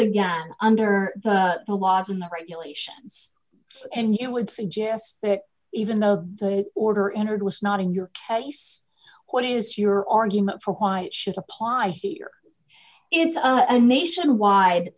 again under the laws and the regulation and it would suggest that even though the order entered was not in your case what is your argument for why it should apply here it's a nationwide